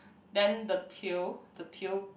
then the tail the tail